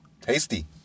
Tasty